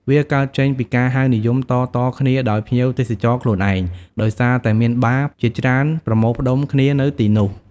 វាកើតចេញពីការនិយមហៅតៗគ្នាដោយភ្ញៀវទេសចរខ្លួនឯង ដោយសារតែមាន បារ ជាច្រើនប្រមូលផ្តុំគ្នានៅទីនោះ។